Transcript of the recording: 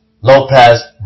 Lopez